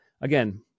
again